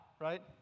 right